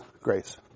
grace